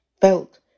felt